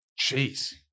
Jeez